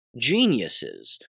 geniuses